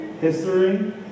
History